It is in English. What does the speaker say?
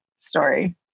story